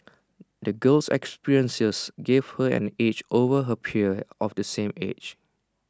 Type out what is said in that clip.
the girl's experiences gave her an edge over her peers of the same age